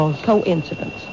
Coincidence